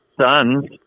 sons